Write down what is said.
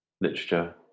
literature